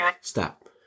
Stop